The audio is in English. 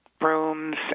Rooms